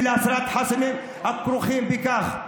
ולהסרת חסמים הכרוכים בכך.